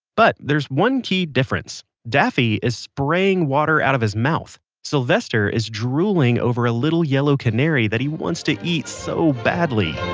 but there's one key difference though. daffy is spraying water out of his mouth. sylvester is drooling over a little yellow canary that he wants to eat so badly.